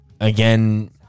Again